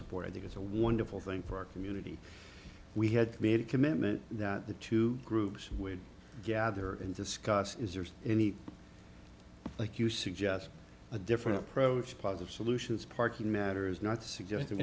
support i think it's a wonderful thing for our community we had made a commitment that the two groups would gather and discuss is there any like you suggest a different approach positive solutions parking matters not suggesting